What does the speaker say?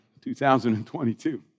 2022